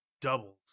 doubles